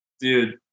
Dude